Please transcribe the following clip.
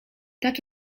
tak